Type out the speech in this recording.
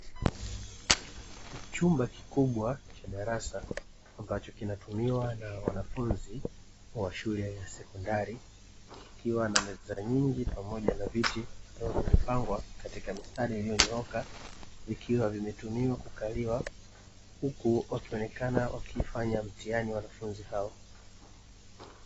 Chumba kikubwa cha darasa, ambacho kinatumiwa na wanafunzi wa shule ya sekondari, kikiwa na meza nyingi pamoja na viti, ambavyo vimepangwa katika mistari iliyonyooka. Vikiwa vimetumiwa kukaliwa huku wakionekana wakifanya mtihani, wanafunzi hao.